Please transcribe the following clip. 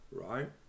right